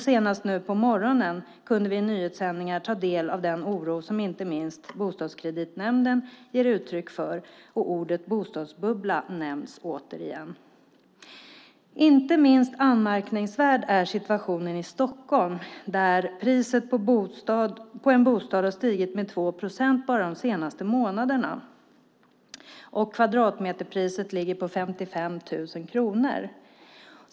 Senast nu på morgonen kunde vi ta del av Bostadskreditnämndens oro, och ordet "bostadsbubbla" nämns igen. Inte minst anmärkningsvärd är situationen i Stockholm där bostadspriserna har stigit med 2 procent bara de senaste månaderna. Kvadratmeterpriset ligger på 55 000 kronor.